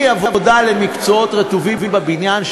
מעבודה למקצועות רטובים בבניין,